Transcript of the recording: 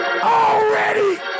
already